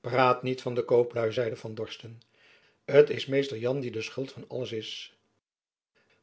praat niet van de kooplui zeide van dorsten t is mr jan die de schuld van alles is